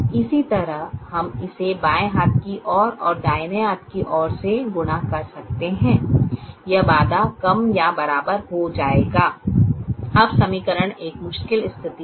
इसी तरह हम इसे बाएं हाथ की ओर और दाहिने हाथ की ओर से गुणा कर सकते हैं यह बाधा कम या बराबर हो जाएगी अब समीकरण एक मुश्किल स्थिति में है